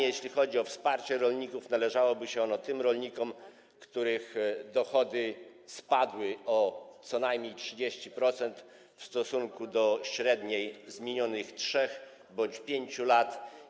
Jeśli chodzi o wsparcie dla rolników, należałoby się ono tym spośród nich, których dochody spadły o co najmniej 30% w stosunku do średniej z minionych 3 bądź 5 lat.